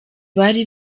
bari